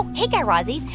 um hey, guy razzie.